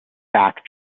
back